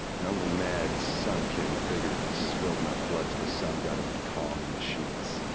well the mad sun king figured if he spilled enough blood to the sun god it would calm the machines.